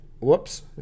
whoops